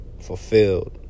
fulfilled